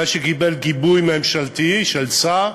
אבל קיבלה גיבוי ממשלתי, של שר,